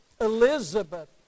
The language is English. Elizabeth